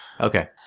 Okay